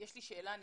יש לי שאלה נלווית,